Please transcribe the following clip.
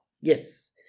Yes